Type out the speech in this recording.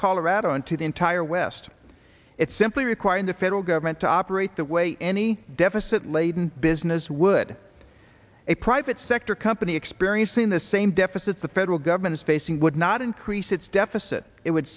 colorado and to the entire west it simply requiring the federal government to operate the way any deficit laden business would a private sector company experiencing the same deficits the federal government is facing would not increase its deficit it would